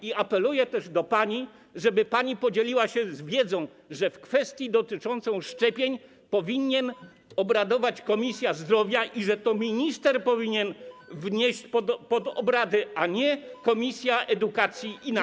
I apeluję też do pani, żeby pani podzieliła się wiedzą, że w kwestii dotyczącej szczepień powinna obradować Komisja Zdrowia i że to minister powinien wnieść pod obrady, a nie Komisja Edukacji i Nauki.